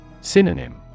Synonym